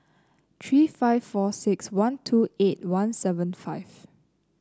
three five four six one two eight one seven five